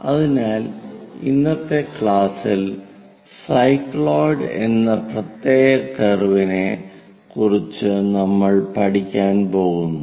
അതിനാൽ ഇന്നത്തെ ക്ലാസ്സിൽ സൈക്ലോയിഡ് എന്ന പ്രത്യേക കർവിനെ ക്കുറിച്ച് നമ്മൾ പഠിക്കാൻ പോകുന്നു